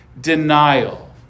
denial